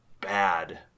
bad